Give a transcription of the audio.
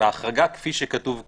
בהחרגה כפי שכתוב כאן,